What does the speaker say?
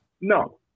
No